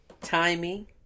timing